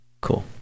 cool